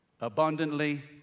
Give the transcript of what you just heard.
abundantly